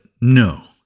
no